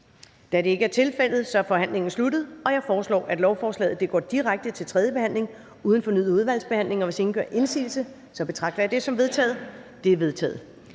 Da det ikke er tilfældet, er forhandlingen sluttet. Jeg foreslår, at lovforslaget går direkte til tredje behandling uden fornyet udvalgsbehandling, og hvis ingen gør indsigelse, betragter jeg dette som vedtaget. Det er vedtaget.